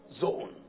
zone